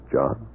John